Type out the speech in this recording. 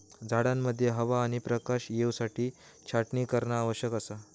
झाडांमध्ये हवा आणि प्रकाश येवसाठी छाटणी करणा आवश्यक असा